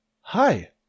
Hi